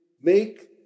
make